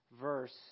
verse